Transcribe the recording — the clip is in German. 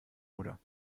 oder